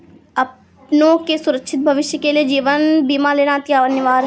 अपनों के सुरक्षित भविष्य के लिए जीवन बीमा लेना अति अनिवार्य है